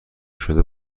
شده